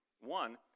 One